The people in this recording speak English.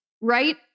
right